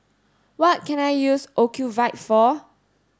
what can I use Ocuvite for